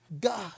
God